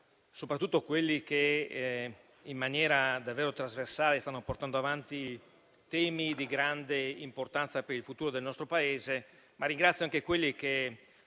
soprattutto coloro che, in maniera davvero trasversale, stanno portando avanti temi di grande importanza per il futuro del nostro Paese. Ringrazio anche quelli che